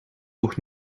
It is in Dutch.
nog